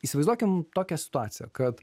įsivaizduokim tokią situaciją kad